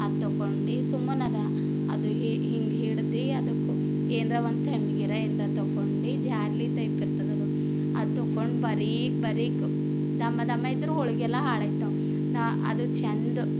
ಅದು ತಗೊಂಡು ಸುಮ್ಮನೆ ಅದು ಅದು ಹಿ ಹೀಗೆ ಹಿಡಿದು ಅದಕ್ಕೂ ಏನರ ಒಂದು ತಂಬಿಗೆ ಆರ ಏನರೆ ಒಂದು ತಗೊಂಡು ಜಾರ್ಲಿ ಟೈಪ್ ಇರ್ತದದು ಅದು ತಗೊಂಡು ಬರೀಕ್ ಬರೀಕ್ ದಮ್ಮ ದಮ್ಮ ಇದ್ದರೆ ಹೋಳಿಗೆ ಎಲ್ಲ ಹಾಳಾಯ್ತವ ನಾನು ಅದು ಚೆಂದ